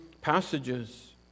passages